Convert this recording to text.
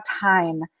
time